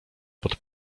pod